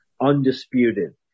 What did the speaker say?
UNDISPUTED